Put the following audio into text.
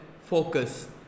focus